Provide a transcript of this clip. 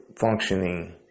functioning